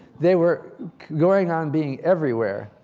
they were going on being everywhere.